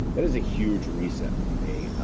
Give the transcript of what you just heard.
that is a huge reset for me. i